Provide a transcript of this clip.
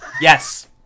yes